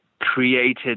created